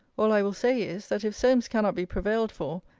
all i will say is, that if solmes cannot be prevailed for,